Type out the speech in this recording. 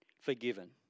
forgiven